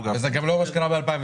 זה גם לא מה שקרה ב-2003.